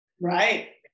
Right